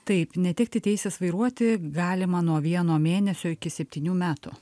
taip netekti teisės vairuoti galima nuo vieno mėnesio iki septynių metų